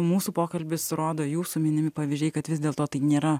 mūsų pokalbis rodo jūsų minimi pavyzdžiai kad vis dėlto tai nėra